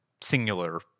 singular